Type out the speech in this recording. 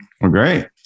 great